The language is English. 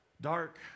dark